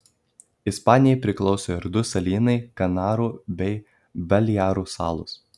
ispanijai priklauso ir du salynai kanarų bei balearų salos